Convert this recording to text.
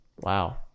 Wow